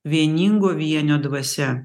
vieningo vienio dvasia